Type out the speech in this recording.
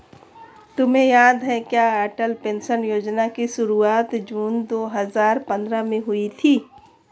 तुम्हें याद है क्या अटल पेंशन योजना की शुरुआत जून दो हजार पंद्रह में हुई थी?